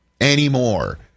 Anymore